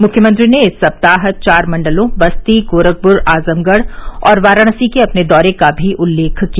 मुख्यमंत्री ने इस सप्ताह चार मंडलों बस्ती गोरखपुर आजमगढ़ और वाराणसी के अपने दौरे का भी उल्लेख किया